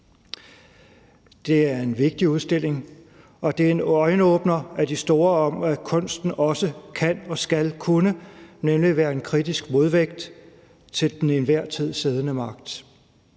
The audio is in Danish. Det er en vigtig udstilling, og det er en øjenåbner af de store om, hvad kunsten også kan og skal kunne, nemlig være en kritisk modvægt til den til enhver tid siddende magt.